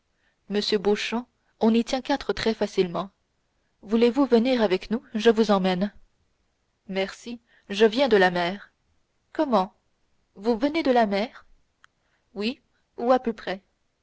beauchamp on y tient quatre très facilement voulez-vous venir avec nous je vous emmène merci je viens de la mer comment vous venez de la mer oui ou à peu près